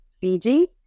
Fiji